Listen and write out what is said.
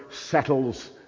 settles